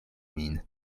min